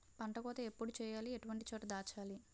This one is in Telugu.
పంట కోత ఎప్పుడు చేయాలి? ఎటువంటి చోట దాచాలి?